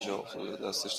جاافتاده، دستش